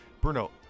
Bruno